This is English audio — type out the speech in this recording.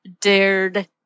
dared